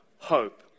hope